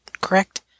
correct